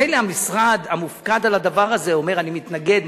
מילא המשרד המופקד על הדבר הזה אומר: אני מתנגד,